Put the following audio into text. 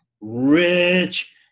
rich